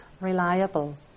reliable